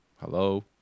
Hello